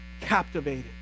captivated